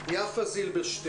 זילברשץ